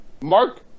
Mark